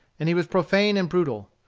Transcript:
and he was profane and brutal.